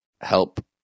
help